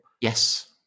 Yes